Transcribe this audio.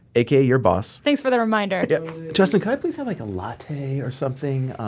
aka your boss thanks for the reminder justin, can i please have like a latte or something? um,